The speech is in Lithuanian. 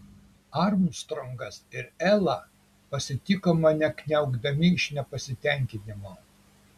armstrongas ir ela pasitiko mane kniaukdami iš nepasitenkinimo